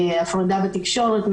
הפרדה בתקשורת,